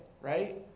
right